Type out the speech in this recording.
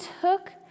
took